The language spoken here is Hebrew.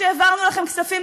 שהעברנו לכם כספים,